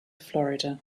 florida